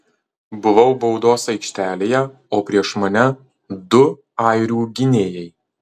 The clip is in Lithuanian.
buvau baudos aikštelėje o prieš mane du airių gynėjai